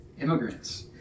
immigrants